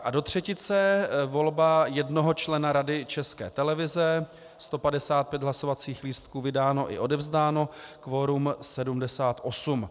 A do třetice volba jednoho člena Rady České televize, 155 hlasovacích lístků vydáno i odevzdáno, kvorum 78.